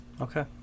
Okay